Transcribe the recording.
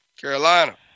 Carolina